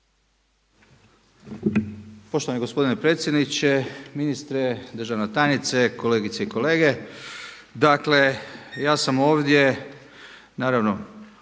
Poštovani gospodine predsjedniče, ministre, državna tajnice, kolegice i kolege. Dakle, ja sam ovdje naravno